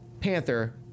Panther